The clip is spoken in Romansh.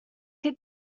che